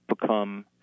become